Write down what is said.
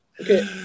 Okay